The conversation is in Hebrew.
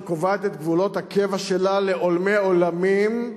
שקובעת את גבולות הקבע שלה לעולמי עולמים,